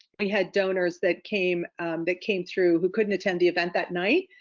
we had donors that came that came through who couldn't attend the event that night,